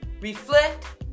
reflect